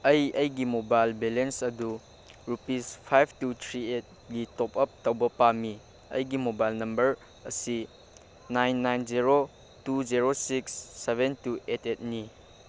ꯑꯩ ꯑꯩꯒꯤ mobile balance ꯑꯗꯨ ꯔꯨꯄꯤꯁ ꯐꯥꯏꯚ ꯇꯨ ꯊ꯭ꯔꯤ ꯑꯩꯠꯀꯤ ꯇꯣꯞꯑꯞ ꯇꯧꯕ ꯄꯥꯝꯃꯤ ꯑꯩꯒꯤ ꯃꯣꯕꯥꯏꯜ ꯅꯝꯕꯔ ꯑꯁꯤ nine nine zero two zero six seven two eight ꯑꯩꯠꯅꯤ